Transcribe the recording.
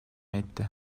etti